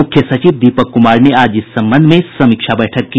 मुख्य सचिव दीपक कुमार ने आज इस संबंध में समीक्षा बैठक की